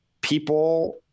People